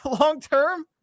long-term